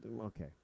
Okay